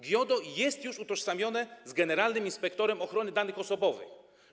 GIODO jest już utożsamiane z generalnym inspektorem ochrony danych osobowych.